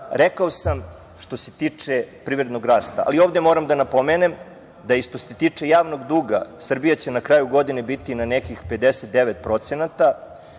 rekao sam što se tiče privrednog rasta, ali ovde moram da napomenem da i što se tiče javnog duga, Srbija će na kraju godine biti na nekih 59%, ne